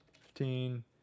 fifteen